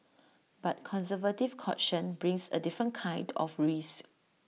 but conservative caution brings A different kind of risk